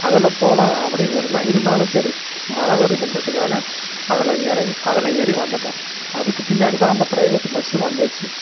அதில் போகலாம் அப்படினு இருந்தேன் இருந்தாலும் சரி மழை வருதுன்றதுக்காக அதில் இறங்கி அதில் ஏறி வந்துட்டேன் அதுக்கு பின்னாடிதான் அந்த ப்ரைவேட்டு பஸ்ஸு வந்துச்சு